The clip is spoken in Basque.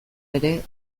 ere